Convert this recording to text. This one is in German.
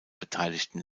beteiligten